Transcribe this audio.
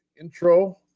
intro